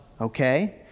Okay